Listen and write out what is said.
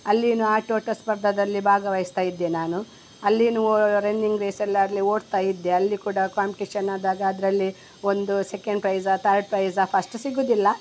ಅಲ್ಲಿನೂ ಆಟೋಟ ಸ್ಪರ್ಧೆದಲ್ಲಿ ಭಾಗವಹಿಸ್ತಾ ಇದ್ದೆ ನಾನು ಅಲ್ಲಿನೂ ರನ್ನಿಂಗ್ ರೇಸಲ್ಲಾಗಲಿ ಓಡ್ತಾ ಇದ್ದೆ ಅಲ್ಲಿ ಕೂಡ ಕಾಂಪ್ಟೀಷನ್ ಆದಾಗ ಅದರಲ್ಲಿ ಒಂದು second prize third prize first ಸಿಗುವುದಿಲ್ಲ